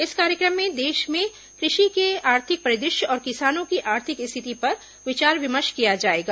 इस कार्यक्रम में देश में कृषि के आर्थिक परिदृश्य और किसानों की आर्थिक स्थिति पर विचार विमर्श किया जाएगा